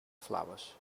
flowers